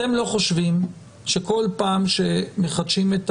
אתם לא חושבים שכל פעם שמחדשים,